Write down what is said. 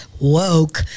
woke